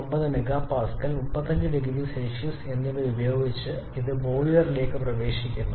9 MPa 35 0C എന്നിവ ഉപയോഗിച്ച് ഇത് ബോയിലറിലേക്ക് പ്രവേശിക്കുന്നു